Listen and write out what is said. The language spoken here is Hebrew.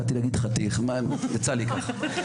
באתי להגיד חתיך; מה, יצא לי ככה.